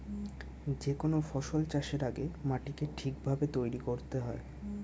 যে কোনো ফসল চাষের আগে মাটিকে ঠিক ভাবে তৈরি করতে হয়